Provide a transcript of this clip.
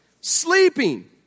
Sleeping